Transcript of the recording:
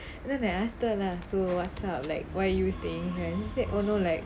so when I ask her lah so what's up like why you staying here then she said oh no like